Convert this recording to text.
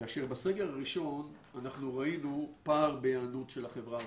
כאשר בסגר הראשון אנחנו ראינו פער בהיענות של החברה הערבית.